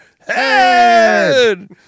Head